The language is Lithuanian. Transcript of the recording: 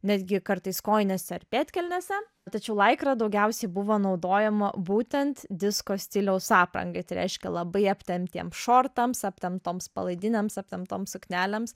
netgi kartais kojinėse ar pėdkelnėse tačiau laikra daugiausiai buvo naudojama būtent disko stiliaus aprangai tai reiškia labai aptemptiems šortams aptemptoms palaidinėms aptemptoms suknelėms